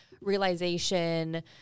realization